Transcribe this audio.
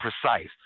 precise